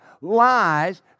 lies